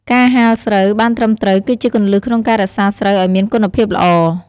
ការហាលស្រូវបានត្រឹមត្រូវ គឺជាគន្លឹះក្នុងការរក្សាស្រូវឲ្យមានគុណភាពល្អ។